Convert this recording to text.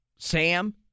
Sam